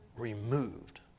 removed